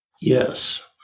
Yes